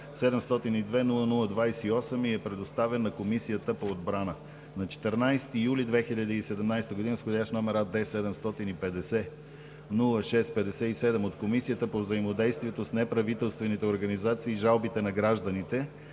702-00-28 и е предоставен на Комисията по отбрана. - На 14 юли 2017 г. с Вх. № АД 750-06-57 от Комисията по взаимодействието с неправителствените организации и жалбите на гражданите